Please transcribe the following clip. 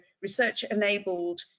research-enabled